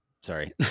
Sorry